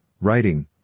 writing